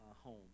home